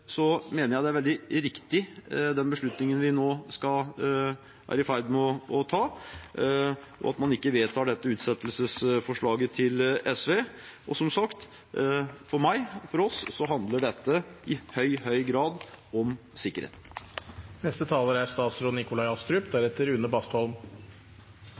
mener jeg at den beslutningen vi nå er i ferd med å ta, er helt riktig. Det er også riktig at man ikke vedtar utsettelsesforslaget fra SV. For meg og oss i Arbeiderpartiet handler dette i høy grad om